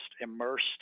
immersed